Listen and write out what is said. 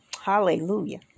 hallelujah